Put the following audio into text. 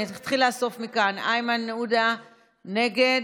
אני אתחיל לאסוף מכאן: איימן עודה, נגד,